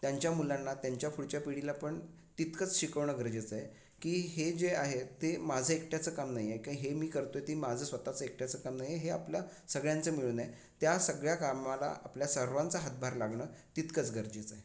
त्यांच्या मुलांना त्यांच्या पुढच्या पिढीला पण तितकंच शिकवणं गरजेचं आहे की हे जे आहे ते माझं एकट्याचं काम नाही आहे की हे मी करतो आहे ते माझं स्वत चं एकट्याचं काम नाही आहे हे आपलं सगळ्यांचं मिळून आहे त्या सगळ्या कामाला आपल्या सर्वांचा हातभार लागणं तितकंच गरजेचं आहे